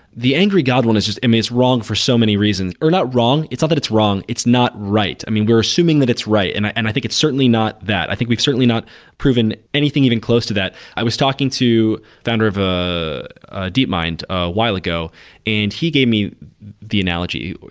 the angry god one is just um it's wrong for so many reasons. or not wrong. it's not that it's wrong. it's not right. i mean, we're assuming that it's right, and i and i think it's certainly not that. i think we've certainly not proven anything even close to that i was talking to founder of a deep mind a while ago and he gave me the analogy.